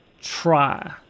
try